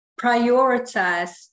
prioritize